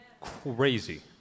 crazy